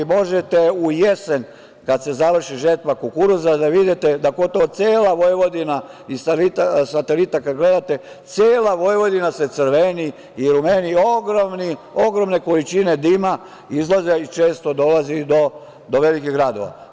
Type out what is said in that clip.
Možete u jesen kada se završi žetva kukuruza da vidite, da gotovo cela Vojvodina iz satelita kada gledate, cela Vojvodina se crveni i rumeni ogromne količine dima izlaze i često dolazi do velikih gradova.